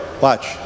Watch